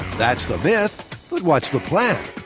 that's the myth, but what's the plan?